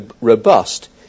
robust